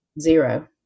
Zero